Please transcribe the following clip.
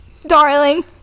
Darling